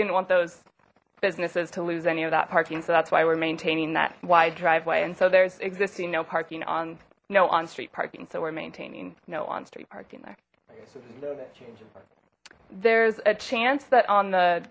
didn't want those businesses to lose any of that parking so that's why we're maintaining that wide driveway and so there's existing no parking on no on street parking so we're maintaining no on street parking there there's a chance that on the